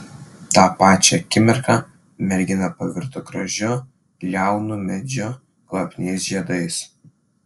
tą pačią akimirka mergina pavirto gražiu liaunu medžiu kvapniais žiedais